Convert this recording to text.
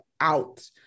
out